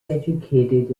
educated